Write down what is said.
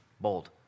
bold